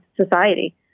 society